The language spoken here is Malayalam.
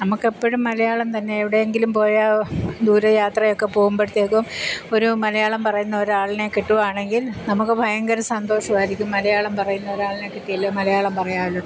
നമുക്ക് അപ്പഴും മലയാളം തന്നെ എവിടെയെങ്കിലും പോയാൽ ദൂര യാത്രയൊക്കെ പോവുമ്പഴത്തേക്കും ഒരു മലയാളം പറയുന്ന ഒരാളിനെ കിട്ടുവാണെങ്കിൽ നമുക്ക് ഭയങ്കര സന്തോഷം ആയിരിക്കും മലയാളം പറയുന്ന ഒരാളിനെ കിട്ടിയല്ലോ മലയാളം പറയാമല്ലോ